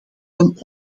dan